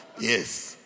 Yes